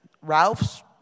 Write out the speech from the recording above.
Ralph's